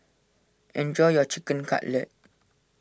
enjoy your Chicken Cutlet